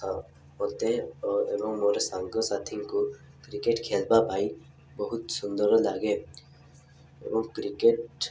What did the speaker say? ମୋତେ ଏବଂ ମୋର ସାଙ୍ଗସାଥିଙ୍କୁ କ୍ରିକେଟ ଖେଲ୍ବା ପାଇଁ ବହୁତ ସୁନ୍ଦର ଲାଗେ ଏବଂ କ୍ରିକେଟ